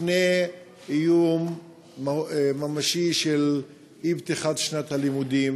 בפני איום ממשי של אי-פתיחת שנת הלימודים.